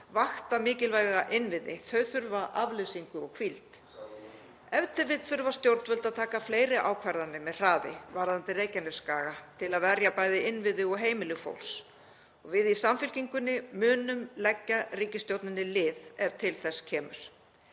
vakta mikilvæga innviði. Þau þurfa afleysingu og hvíld. Ef til vill þurfa stjórnvöld að taka fleiri ákvarðanir með hraði varðandi Reykjanesskaga til að verja bæði innviði og heimili fólks. Við í Samfylkingunni munum leggja ríkisstjórninni lið ef til þess kemur.